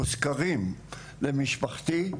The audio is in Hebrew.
מושכרים למשפחתי,